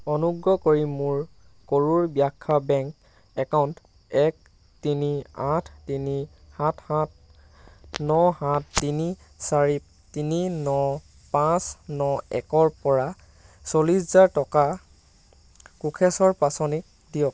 অনুগ্ৰহ কৰি মোৰ কৰুৰ ব্যাসা বেংক একাউণ্ট এক তিনি আঠ তিনি সাত সাত ন সাত তিনি চাৰি তিনি ন পাঁচ ন একৰ পৰা চল্লিছ হাজাৰ টকা কোষেশ্বৰ পাঁচনিক দিয়ক